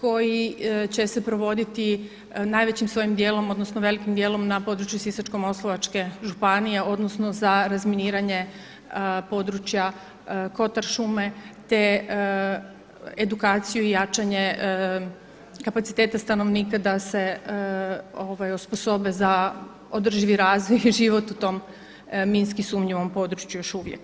koji će se provoditi najvećim svojim djelom odnosno velikim djelom na području Sisačko-moslavačke županije odnosno za razminiranje područja Kotar šume te edukaciju i jačanje kapaciteta stanovnika da se osposobe za održivi razvoj i život u tom minski sumnjivom području još uvijek.